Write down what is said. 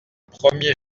premiers